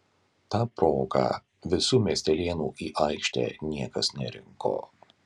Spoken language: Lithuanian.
ta proga visų miestelėnų į aikštę niekas nerinko